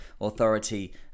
authority